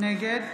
נגד